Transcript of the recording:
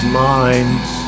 minds